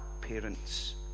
parent's